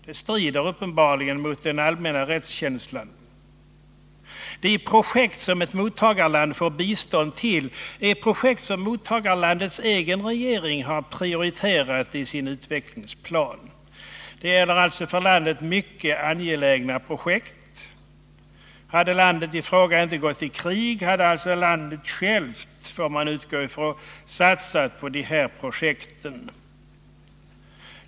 Detta strider uppenbarligen mot den allmänna rättskänslan. De projekt som ett mottagarland får bistånd till är projekt som mottagarlandets egen regering prioriterat i sin utvecklingsplan. Det gäller alltså för landet mycket angelägna projekt. Hade landet i fråga inte gått i krig hade alltså landet självt — får man utgå från — satsat på de här projekten.